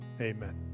Amen